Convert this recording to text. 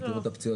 לא.